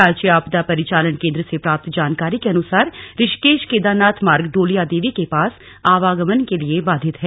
राज्य आपदा परिचालन केंद्र से प्राप्त जानकारी के अनुसार ऋषिकेश केदारनाथ मार्ग डोलिया देवी के पास आवागमन के लिए बाधित है